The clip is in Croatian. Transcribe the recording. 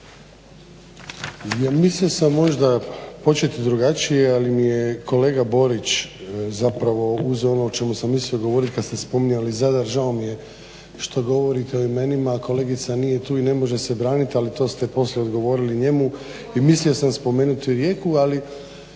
mislio sam možda početi drugačije ali mi je kolega Borić zapravo uzeo ono o čemu sam mislio govorit kad ste spominjali Zadar. Žao mi je što govorite o imenima, kolegica nije tu i ne može se braniti ali to ste poslije odgovorili njemu i mislio sam spomenuti Rijeku, ali